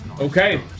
Okay